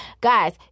Guys